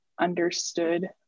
understood